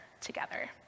together